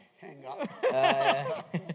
hang-up